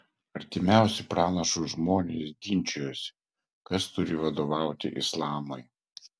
artimiausi pranašui žmonės ginčijosi kas turi vadovauti islamui